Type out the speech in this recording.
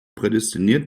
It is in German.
prädestiniert